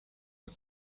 and